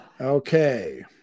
Okay